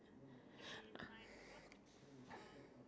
it's just like the sambal ikan pari